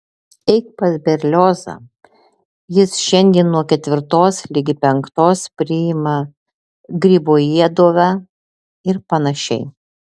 eik pas berliozą jis šiandien nuo ketvirtos ligi penktos priima gribojedove ir panašiai